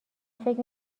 فکر